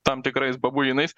tam tikrais babuinais